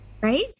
right